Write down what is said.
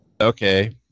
Okay